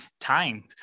time